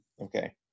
Okay